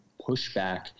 pushback